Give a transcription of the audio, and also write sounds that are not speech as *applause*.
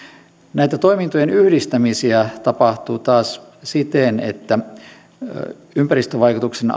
näitä toimintojen yhdistämisiä tapahtuu taas siten että ympäristövaikutusten *unintelligible*